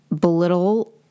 belittle